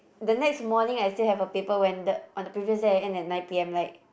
the next morning I still have a paper when the on the previous day I end at nine P_M like